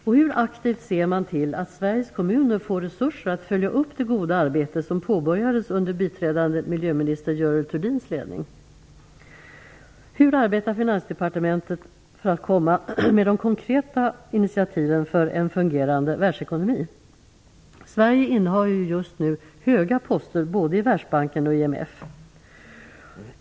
Och hur aktivt ser man till att Sveriges kommuner får resurser att följa upp det goda arbete som påbörjades under biträdande miljöminister Görel Thurdins ledning? Sverige innehar just nu höga poster i både Världsbanken och IMF.